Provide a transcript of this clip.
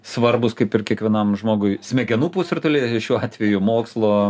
svarbūs kaip ir kiekvienam žmogui smegenų pusrutuliai šiuo atveju mokslo